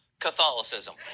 Catholicism